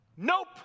Nope